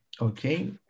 Okay